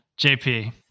JP